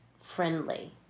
friendly